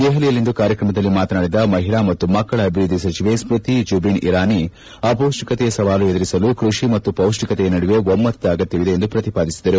ದೆಹಲಿಯಲ್ಲಿಂದು ಕಾರ್ಯಕ್ರಮದಲ್ಲಿ ಮಾತನಾಡಿದ ಮಹಿಳಾ ಮತ್ತು ಮಕ್ಕಳ ಅಭಿವೃದ್ದಿ ಸಚಿವೆ ಸೈತಿ ಜುಬಿನ್ ಇರಾನಿ ಅಪೌಷ್ಷಿಕತೆಯ ಸವಾಲು ಎದುರಿಸಲು ಕೃಷಿ ಮತ್ತು ಪೌಷ್ಷಿಕತೆಯ ನಡುವೆ ಒಮ್ದತದ ಅಗತ್ಯವನ್ನು ಪ್ರತಿಪಾದಿಸಿದರು